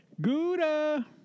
Gouda